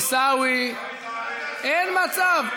עיסאווי, אין מצב.